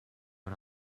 own